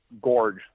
gorge